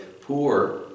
poor